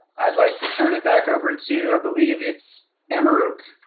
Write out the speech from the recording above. i'd like to turn it back over to, i believe it's amaroq.